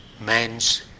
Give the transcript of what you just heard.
man's